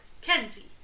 Kenzie